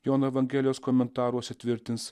jono evangelijos komentaruose tvirtins